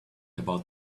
about